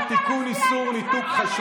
תבואי בטענות לחברים שלך שלא באו להצביע.